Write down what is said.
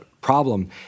problem